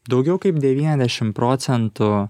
daugiau kaip devyniasdešim procentų